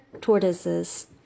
Tortoises